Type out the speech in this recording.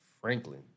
Franklin